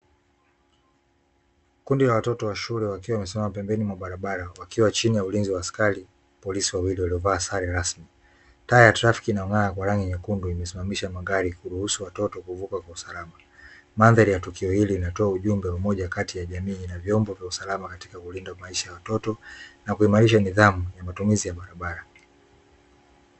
Kundi la watoto wa shule wakiwa wamesimama pembezoni mwa barabara wakiwa chini ya ulinzi wa askari wa polisi wawili waliovaa sare rasmi, taa ya trafiki inayong'aa kwa rrangi nyekundu imesimamisha magari kuruhusu watoto kuvuka kwa usalama. Mandhari ya tukio hili linatoa ujumbe wa kati ya jamii na vyombo vya usalama katika kulinda maisha ya watoto na kuimarisha nidhamu ya matumizi ya barabara.